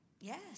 Yes